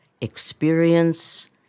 experience